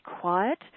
quiet